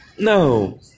No